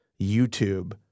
YouTube